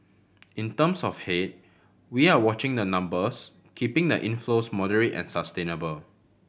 in terms of head we are watching the numbers keeping the inflows moderate and sustainable